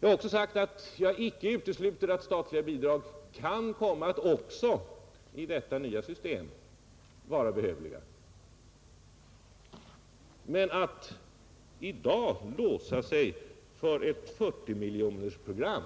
Jag har också sagt att jag icke utesluter att statliga bidrag kan komma att också i detta nya system vara behövliga. Men förslaget att man i dag på ett lättsinnigt sätt skulle låsa sig för ett 40-miljonersprogram